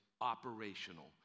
operational